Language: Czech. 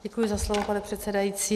Děkuji za slovo, pane předsedající.